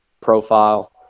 profile